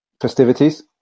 festivities